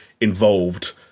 involved